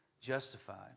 justified